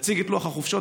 יציג את לוח החופשות,